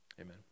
Amen